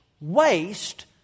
waste